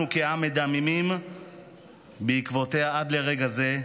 כעם מדממים בעקבותיה עד לרגע זה,